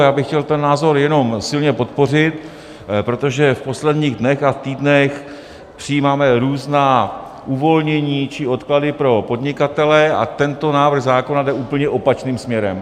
Já bych chtěl ten názor jenom silně podpořit, protože v posledních dnech a týdnech přijímáme různá uvolnění či odklady pro podnikatele, a tento návrh zákona jde úplně opačným směrem.